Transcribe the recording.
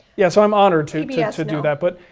yeah, so i'm honored to yeah to do that. but